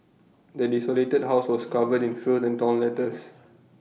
the desolated house was covered in filth and torn letters